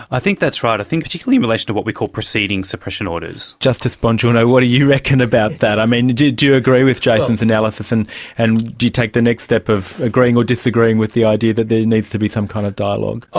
i think that's right, i think particularly in relation to what we call proceedings suppression orders. justice bongiorno, what do you reckon about that? i mean, do do you agree with jason's analysis and and do you take the next step of agreeing or disagreeing with the idea that there needs to be some kind of dialogue?